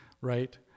right